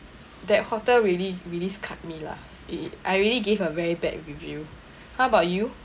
that hotel really really scarred me lah eh I really gave a very bad review how about you